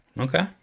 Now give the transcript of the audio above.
Okay